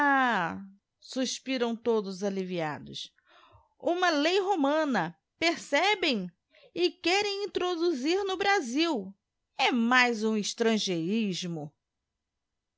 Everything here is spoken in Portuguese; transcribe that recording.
ah suspiram todos alliviados uma lei romana percebem e querem introduzir no brasil e mais um estrangeirismo